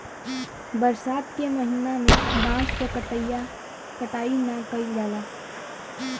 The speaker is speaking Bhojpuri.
बरसात के महिना में बांस क कटाई ना कइल जाला